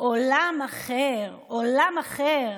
עולם אחר, עולם אחר.